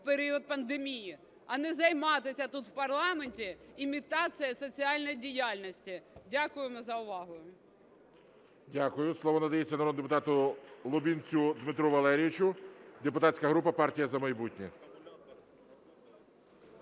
період пандемії. А не займатися тут, в парламенті, імітацією соціальної діяльності. Дякуємо за увагу. ГОЛОВУЮЧИЙ. Дякую. Слово надається народному депутату Лубінцю Дмитру Валерійовичу, депутатська група "Партія "За майбутнє".